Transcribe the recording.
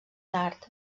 tard